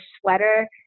sweater